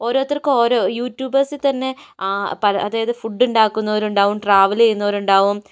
ഓരോത്തർക്ക് ഒരോ യൂട്യൂബേർസിൽ തന്നെ പല അതായത് ഫുഡ് ഉണ്ടാക്കുന്നവരുണ്ടാവും ട്രാവല് ചെയ്യുന്നവരുണ്ടാവും